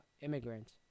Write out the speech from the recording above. immigrants